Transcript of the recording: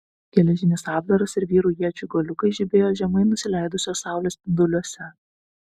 geležinis apdaras ir vyrų iečių galiukai žibėjo žemai nusileidusios saulės spinduliuose